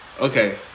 Okay